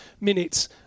minutes